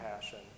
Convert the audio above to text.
passion